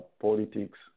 politics